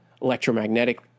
electromagnetic